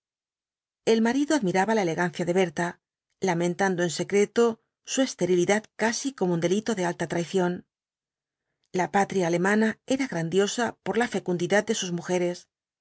el marido admiraba la elegancia de berta lamentando en secreto su esterilidad casi como un delito de alta traición la patria alemana era grandiosa por la fecundidad de sus mujeres